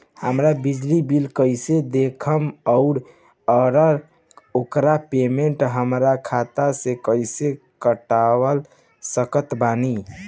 हमार बिजली बिल कईसे देखेमऔर आउर ओकर पेमेंट हमरा खाता से कईसे कटवा सकत बानी?